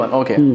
okay